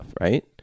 right